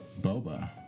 Boba